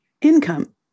income